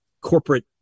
corporate